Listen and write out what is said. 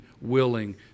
willing